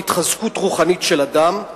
"התחזקות רוחנית של אדם".